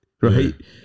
right